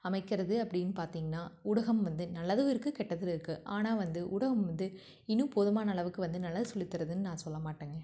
அமைக்கிறது அப்படின்னு பார்த்தீங்கன்னா ஊடகம் வந்து நல்லதும் இருக்குது கெட்டதும் இருக்குது ஆனால் வந்து ஊடகம் வந்து இன்னும் போதுமான அளவுக்கு வந்து நல்லா சொல்லித்தருதுன்னு நான் சொல்லமாட்டேங்க